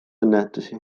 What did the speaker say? õnnetusi